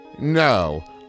No